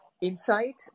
insight